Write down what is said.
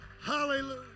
Hallelujah